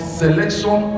selection